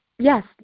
yes